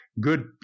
Good